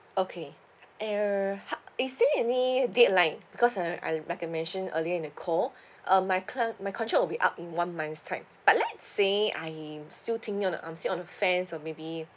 okay uh how is there any deadline because uh I like I mentioned earlier in the call um my current my contract will be up in one month time but let's say I'm still thinking on the I'm sitting on the fence or maybe